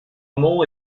amont